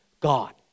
God